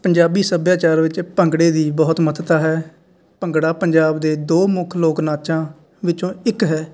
ਪੰਜਾਬੀ ਸੱਭਿਆਚਾਰ ਵਿੱਚ ਭੰਗੜੇ ਦੀ ਬਹੁਤ ਮਹੱਤਤਾ ਹੈ ਭੰਗੜਾ ਪੰਜਾਬ ਦੇ ਦੋ ਮੁੱਖ ਲੋਕ ਨਾਚਾਂ ਵਿੱਚੋਂ ਇੱਕ ਹੈ